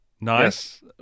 Nice